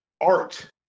art